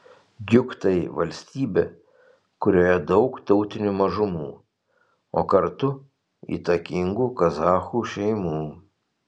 juk tai valstybė kurioje daug tautinių mažumų o kartu įtakingų kazachų šeimų